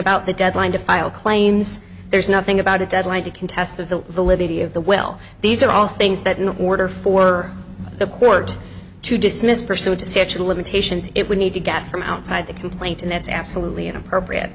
about the deadline to file claims there's nothing about a deadline to contest the validity of the will these are all things that in order for the court to dismiss for suit a statute of limitations it would need to get from outside the complaint and that's absolutely inappropriate